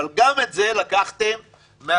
אבל גם את זה לקחתם מהאופוזיציה,